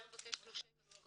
אף אחד לא מבקש תלושי משכורת.